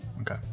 Okay